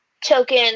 token